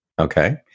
Okay